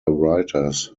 writers